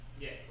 Yes